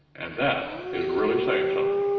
and that is really saying something.